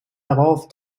darauf